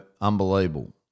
unbelievable